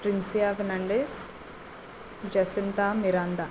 Princia Fernandes Jacinta Miranda